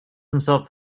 himself